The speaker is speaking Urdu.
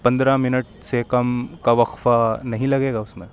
پندرہ مِنٹ سے کم کا وقفہ نہیں لگے گا اُس میں